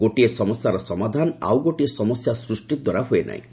ଗୋଟିଏ ସମସ୍ୟାର ସମାଧାନ ଆଉ ଗୋଟିଏ ସମସ୍ୟା ସୃଷ୍ଟି ଦ୍ୱାରା ହୁଏ ନାହିଁ